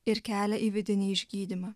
ir kelią į vidinį išgydymą